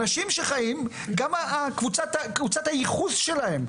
אנשים שחיים, גם קבוצת הייחוס שלהם,